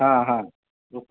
हा हा रुको